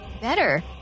Better